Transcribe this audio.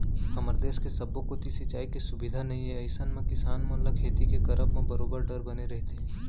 हमर देस के सब्बो कोती सिंचाई के सुबिधा नइ ए अइसन म किसान मन ल खेती के करब म बरोबर डर बने रहिथे